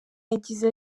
yagize